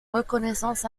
reconnaissance